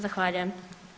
Zahvaljujem.